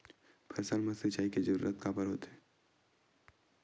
फसल मा सिंचाई के जरूरत काबर होथे?